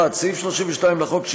1. סעיף 32 לחוק,